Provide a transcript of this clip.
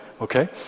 okay